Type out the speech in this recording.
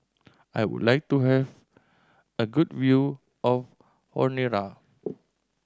I would like to have a good view of Honiara